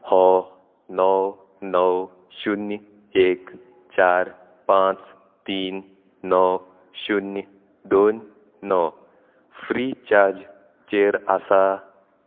हो णव णव शुन्य एक चार पांच तीन णव शुन्य दोन णव फ्री चार्जचेर आसा